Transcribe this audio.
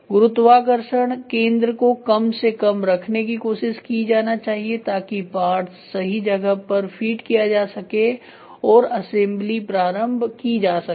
गुरुत्वाकर्षण केंद्र को कम से कम रखने की कोशिश की जाना चाहिए ताकि पार्ट सही जगह पर फीड किया जा सके और असेंबली प्रारंभ की जा सके